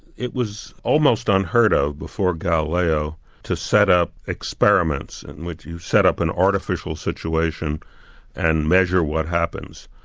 it was almost unheard of before galileo to set up experiments in which you set up an artificial situation and measure what happens.